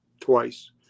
twice